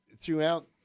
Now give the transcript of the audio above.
throughout